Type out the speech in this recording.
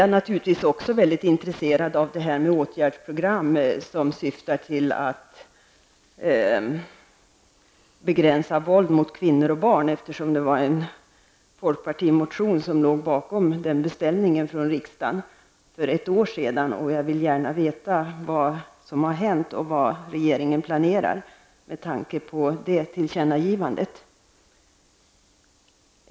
Jag är naturligtvis också mycket intresserad av ett åtgärdsprogram som syftar till att begränsa våld mot kvinnor och barn, eftersom det var en folkpartimotion som låg bakom beställningen från riksdagen för ett år sedan. Jag vill gärna veta vad som har hänt och vad regeringen planerar att göra med tanke på det tillkännagivandet.